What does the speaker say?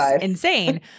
insane